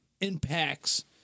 impacts